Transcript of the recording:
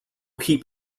keep